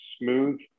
smooth